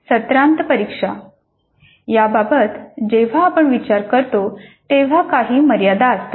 सत्रांत परीक्षा याबाबत जेव्हा आपण विचार करतो तेव्हा काही मर्यादा असतात